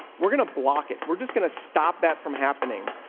we're gonna block it. we're just going to stop that from happening.